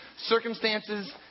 circumstances